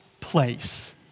place